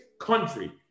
country